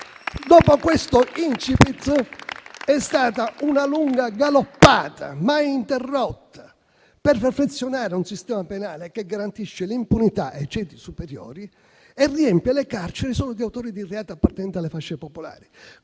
Dopo questo *incipit*, è stata una lunga galoppata, mai interrotta, per perfezionare un sistema penale che garantisce l'impunità ai ceti superiori e riempie le carceri solo di autori di reato appartenenti alle fasce popolari,